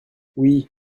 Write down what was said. oui